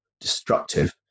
destructive